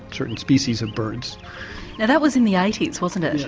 certain species of birds. now that was in the eighty s wasn't it?